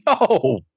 No